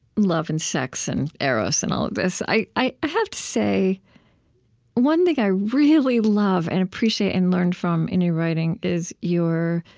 love and sex and eros and all of this. i i have to say one thing i really love and appreciate and learned from in your writing is your